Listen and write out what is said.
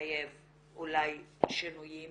מחייב אולי שינויים